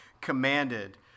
commanded